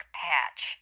patch